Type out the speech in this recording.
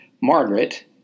Margaret